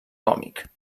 còmic